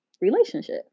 relationship